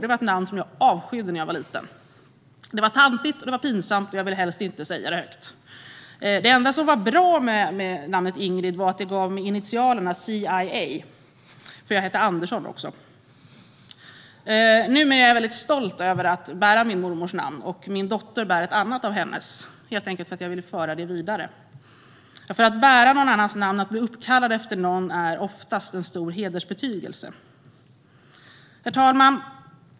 Det var ett namn som jag avskydde när jag var liten. Det var tantigt och pinsamt, och jag ville helst inte säga det högt. Det enda som var bra med namnet Ingrid var att det gav mig initialerna CIA eftersom jag hette Andersson också. Numera är jag mycket stolt över att bära min mormors namn, och min dotter bär ett annat av hennes namn, helt enkelt för att jag ville föra det vidare. Att bära någon annans namn, att bli uppkallad efter någon, är oftast en stor hedersbetygelse. Herr talman!